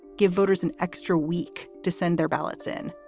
give voters an extra week to send their ballots in.